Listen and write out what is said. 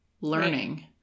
learning